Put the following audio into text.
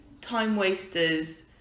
time-wasters